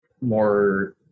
more